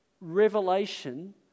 revelation